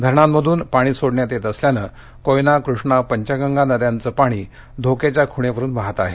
धरणामधून पाणी सोडण्यात येत असल्यानं कोयना कृष्णा पंचगंगा नद्यांचं पाणी धोक्याच्या खुणेवरुन वाहात आहे